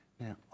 Now